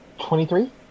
twenty-three